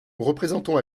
représentant